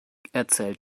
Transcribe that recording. erzähl